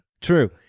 true